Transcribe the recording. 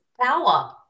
power